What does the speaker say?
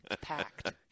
packed